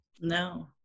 No